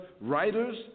writers